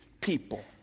people